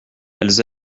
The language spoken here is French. elles